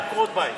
ועקרות בית.